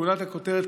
גולת הכותרת,